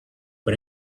but